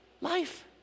Life